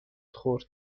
خورد